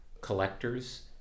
collectors